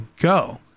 go